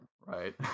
Right